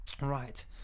right